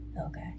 Okay